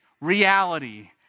reality